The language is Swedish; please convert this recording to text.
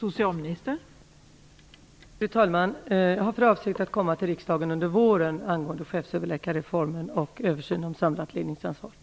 Fru talman! Jag har för avsikt att komma till riksdagen under våren med förslag angående chefsöverläkarreformen och en översyn av det samlade ledningsansvaret.